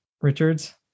Richards